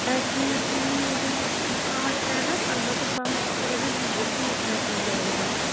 acne یَس گوٚو نہٕ یِہوٚے پانٛژھ شےٚ رٮ۪تھ البتہٕ بمپٕس گٔے مےٚ ریٖسٮ۪نٛٹلی ییٚتھۍ رٮ۪تَس زیادٕ بمپٕس